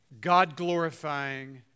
God-glorifying